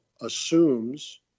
assumes